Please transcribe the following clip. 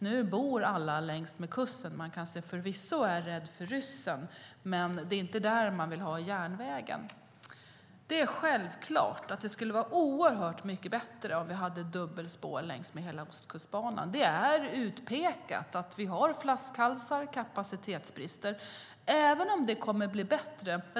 Nu bor alla längs med kusten, och förvisso kan man vara rädd för ryssen, men det är inte i inlandet som man vill ha järnvägen. Det är självklart att det skulle vara oerhört mycket bättre om det var dubbelspår längs med hela Ostkustbanan. Det finns flaskhalsar och kapacitetsbrister även om det kommer att bli bättre.